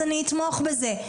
אז אני אתמוך בזה.